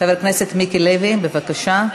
חבר הכנסת מיקי לוי, בבקשה.